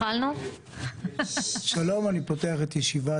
הצעה לתיקון סעיף 100 לתקנון הכנסת בדבר